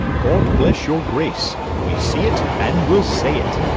god bless your grace! we see it, and will say it.